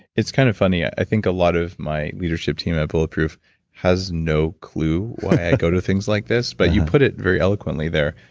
it's kind of funny, i think a lot of my leadership team at bulletproof has no clue why i go to things like this, but you put it very eloquently there.